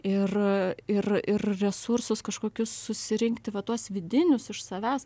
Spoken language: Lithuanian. ir ir ir resursus kažkokius susirinkti va tuos vidinius iš savęs